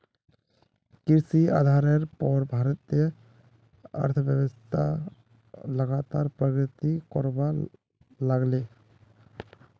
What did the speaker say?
कृषि आधारेर पोर भारतीय अर्थ्वैव्स्था लगातार प्रगति करवा लागले